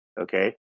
okay